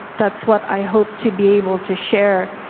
that's what i hope to be able to share,